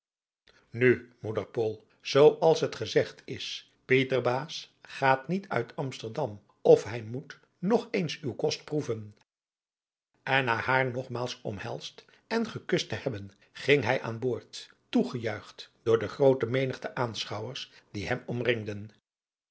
nu moeder pool zoo als t gezegd is pieterbaas gaat niet uit amsterdam of hij moet nog eens uw kost proeven en na haar nogmaals omhelsd en gekust te hebben ging hij aan boord toegejuicht door de groote menigte aanschouwers die hem omringden